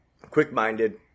Quick-minded